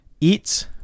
eats